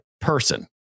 person